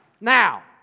Now